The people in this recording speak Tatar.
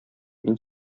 мин